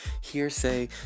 hearsay